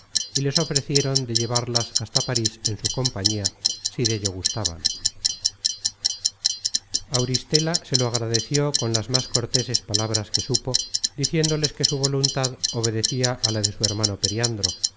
y les ofrecieron de llevarlas hasta parís en su compañía si dello gustaban auristela se lo agradeció con las más corteses palabras que supo diciéndoles que su voluntad obedecia a la de su hermano periandro